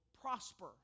prosper